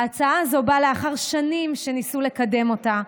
ההצעה הזו באה לאחר שנים שניסו לקדם אותה,